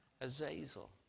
Azazel